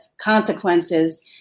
consequences